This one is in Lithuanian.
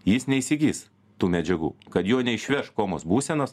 jis neįsigys tų medžiagų kad jo neišveš komos būsenos